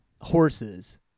horses